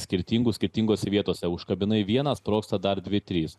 skirtingų skirtingose vietose užkabinai vieną sprogsta dar dvi trys